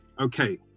okay